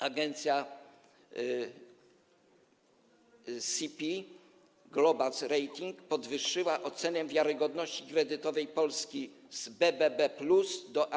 Agencja S&P Global Ratings podwyższyła ocenę wiarygodności kredytowej Polski z BBB+ do A-